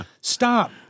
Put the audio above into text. Stop